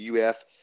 UF